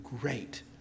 great